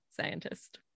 scientist